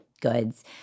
goods